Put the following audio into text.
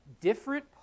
different